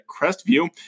Crestview